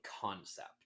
concept